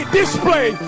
display